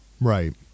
Right